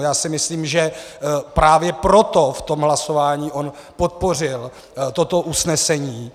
Já si myslím, že právě proto v tom hlasování on podpořil toto usnesení.